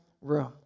room